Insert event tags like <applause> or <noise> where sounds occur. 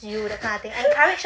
<laughs>